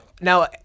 now